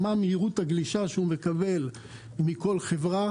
מהי מהירות הגלישה שהוא מקבל מכל חברה.